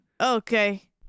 Okay